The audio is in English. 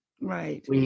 right